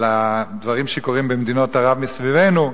על הדברים שקורים במדינות ערב מסביבנו,